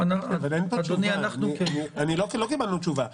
לא קיבלנו תשובה.